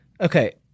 Okay